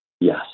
Yes